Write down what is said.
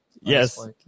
Yes